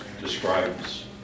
Describes